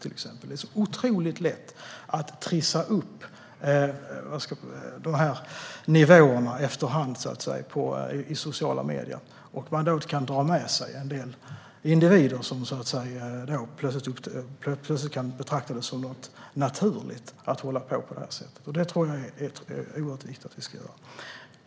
Det är så otroligt lätt att trissa upp nivåerna efter hand i sociala medier, och då kan man dra med sig en del individer som plötsligt kan betrakta det som något naturligt att hålla på på det sättet. Det här tror jag är oerhört viktigt.